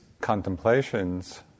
contemplations